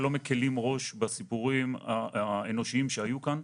לא מקילים ראש בסיפורים האנושיים שהיו כאן.